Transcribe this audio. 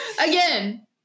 Again